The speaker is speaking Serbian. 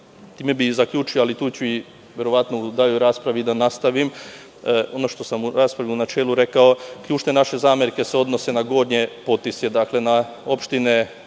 time bih i zaključio, ali tu ću verovatno u daljoj raspravi i da nastavim, ono što sam u raspravi u načelu rekao ključne naše zamerke se odnose na gornje Potisje, na opštine